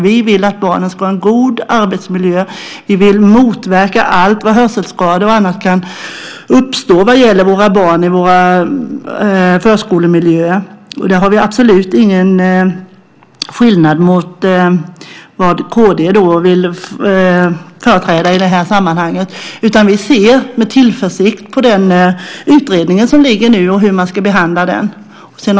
Vi vill att barnen ska ha en god arbetsmiljö, och vi vill motverka allt vad hörselskador heter och annat som kan uppstå vad gäller våra barn och våra förskolemiljöer. Där föreligger absolut ingen skillnad i förhållande till vad kd företräder i det här sammanhanget. Vi ser med tillförsikt på liggande utredning och på den behandlingen.